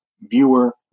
viewer